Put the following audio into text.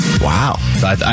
Wow